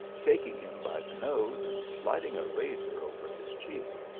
taking him by the nose and sliding a razor over his cheek.